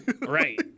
Right